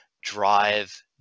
drive